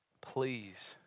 please